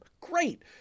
Great